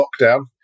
lockdown